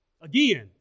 again